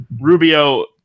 Rubio